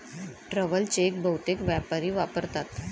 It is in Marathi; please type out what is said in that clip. ट्रॅव्हल चेक बहुतेक व्यापारी वापरतात